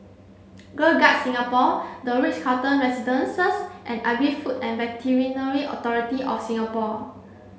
Girl Guides Singapore The Ritz Carlton Residences and Agri Food and Veterinary Authority of Singapore